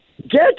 Get